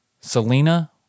Selena